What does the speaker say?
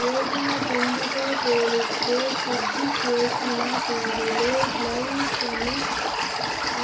గోధుమ పిండితో పోలిస్తే శుద్ది చేసిన పిండిలో గ్లైసెమిక్